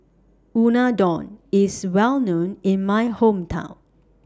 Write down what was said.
Unadon IS Well known in My Hometown